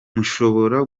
mushobora